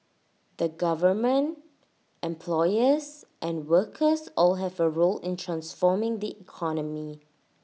the government employers and workers all have A role in transforming the economy